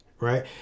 Right